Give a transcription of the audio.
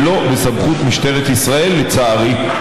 זה לא בסמכות משטרת ישראל, לצערי.